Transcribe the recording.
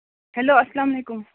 hello اَسلام علیکُم